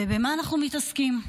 ובמה אנחנו מתעסקים?